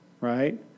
Right